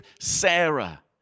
Sarah